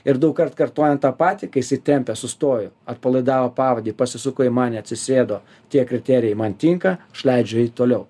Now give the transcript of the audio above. ir daugkart kartojant tą patį kai jisai tempia sustoju atpalaidavo pavadį pasisuko į mane atsisėdo tie kriterijai man tinka aš leidžiu eit toliau